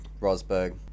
Rosberg